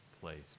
place